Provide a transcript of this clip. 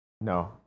No